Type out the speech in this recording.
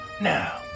Now